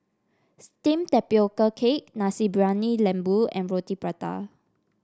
steamed Tapioca Cake Nasi Briyani Lembu and Roti Prata